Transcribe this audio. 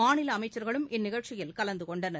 மாநில அமைச்சர்களும் இந்நிகழ்ச்சியில் கலந்து கொண்டனர்